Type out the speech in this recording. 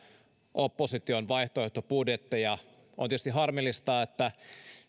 opposition vaihtoehtobudjetteja on tietysti harmillista että